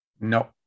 No